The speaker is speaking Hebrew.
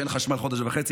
שאין חשמל חודש וחצי,